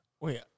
Wait